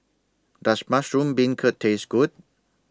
Does Mushroom Beancurd Taste Good